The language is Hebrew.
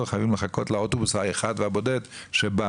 חייבים לחכות לאוטובוס האחד והבודד שבא.